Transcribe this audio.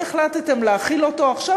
וגם החלטתם להחיל אותו עכשיו,